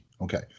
Okay